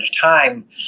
time